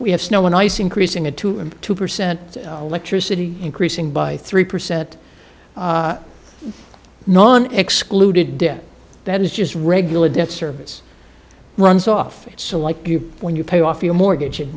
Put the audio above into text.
we have snow and ice increasing at two and two percent electricity increasing by three percent non excluded debt that is just regular debt service runs off so like when you pay off your mortgage